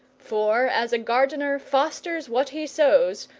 for as a gardener fosters what he sows,